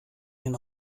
den